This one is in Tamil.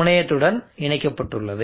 முனையத்துடன் இணைக்கப்பட்டுள்ளது